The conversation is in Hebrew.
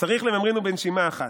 "צריך לממרינהו בנשימה אחת.